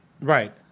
Right